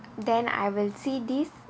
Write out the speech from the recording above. then I will see this